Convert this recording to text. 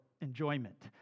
enjoyment